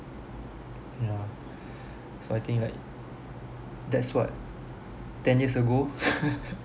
yeah so I think like that's what ten years ago